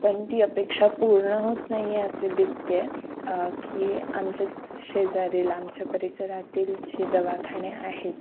पण ती अपेक्षा पूर्ण होत नाही आहे असे दिसते आहे की आमच्याच शेजारील आमच्या परिसरातील जे दवाखाने आहेत